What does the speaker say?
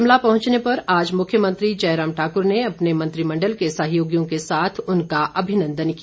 शिमला पहुंचने पर आज मुख्यमंत्री जयराम ठाकुर ने अपने मंत्रिमण्डल के सहयोगियों के साथ उनका अभिनंदन किया